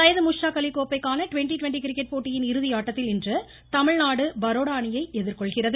சையது முஷ்டாக் அலி கோப்பைக்கான twenty twenty cricket போட்டியின் இறுதி ஆட்டத்தில் இன்று தமிழ்நாடு பரோடா அணியை எதிர்கொள்கிறது